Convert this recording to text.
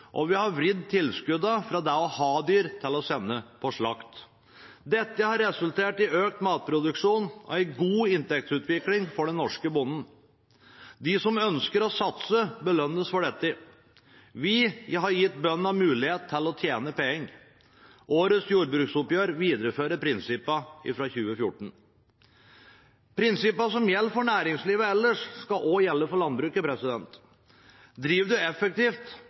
og vi har vridd tilskuddet fra det å ha dyr til å sende på slakt. Dette har resultert i økt matproduksjon og en god inntektsutvikling for den norske bonden. De som ønsker å satse, belønnes for dette. Vi har gitt bøndene mulighet til å tjene penger. Årets jordbruksoppgjør viderefører prinsippene fra 2014. Prinsippene som gjelder for næringslivet ellers, skal også gjelde for landbruket. Driver man effektivt, belønnes man. Ønsker man å satse, skal det